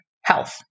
health